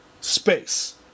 space